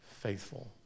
faithful